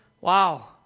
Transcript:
Wow